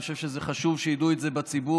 אני חושב שחשוב שידעו את זה בציבור.